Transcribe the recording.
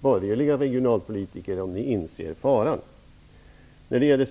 borgerliga regionalpolitiker försöka hejda om ni inser faran.